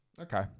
Okay